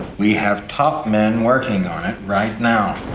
we have top men working on it right now.